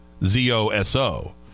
z-o-s-o